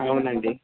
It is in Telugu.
అవునండి